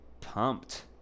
pumped